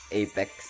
apex